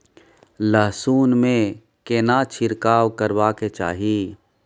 लहसुन में केना छिरकाव करबा के चाही?